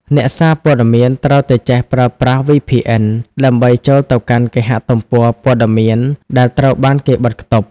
អ្នកសារព័ត៌មានត្រូវតែចេះប្រើប្រាស់ VPN ដើម្បីចូលទៅកាន់គេហទំព័រព័ត៌មានដែលត្រូវបានគេបិទខ្ទប់។